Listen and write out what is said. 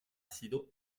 sido